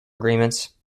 agreements